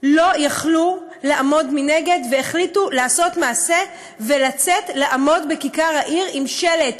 לא יכלו לעמוד מנגד והחליטו לעשות מעשה ולצאת לעמוד בכיכר העיר עם שלט.